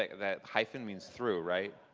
ah that hyphen means through, right?